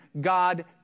god